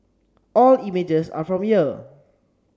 all images are from here